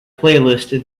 playlist